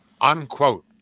Unquote